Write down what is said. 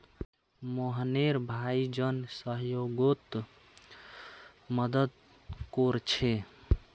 मोहनेर भाई जन सह्योगोत मदद कोरछे